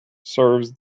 serves